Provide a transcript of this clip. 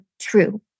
true